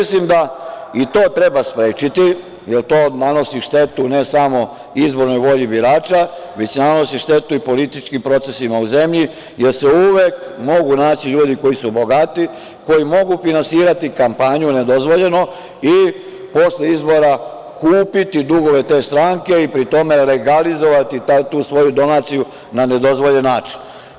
Mislim da to treba sprečiti, jel to nanosi štetu ne samo izbornoj volji birača već nanosi štetu političkim procesima u zemlji, jer se uvek mogu naći ljudi koji su bogati, koji mogu finansirati kampanju nedozvoljeno i posle izbora kupiti dugove te stranke i pri tome legalizovati tu svoju donaciju na nedozvoljen način.